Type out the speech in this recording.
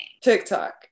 TikTok